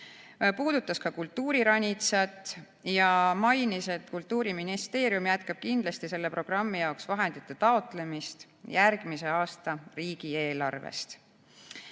puudutas ka kultuuriranitsat ja mainis, et Kultuuriministeerium jätkab kindlasti selle programmi jaoks vahendite taotlemist järgmise aasta riigieelarvest.